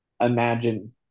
imagine